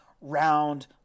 round